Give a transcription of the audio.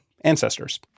ancestors